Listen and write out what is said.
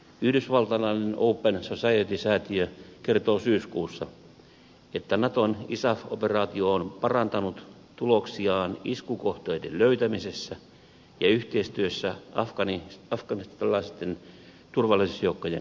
yhdysvaltalainen open society säätiö kertoi syyskuussa että naton isaf operaatio on parantanut tuloksiaan iskukohteiden löytämisessä ja yhteistyössä afganistanilaisten turvallisuusjoukkojen kanssa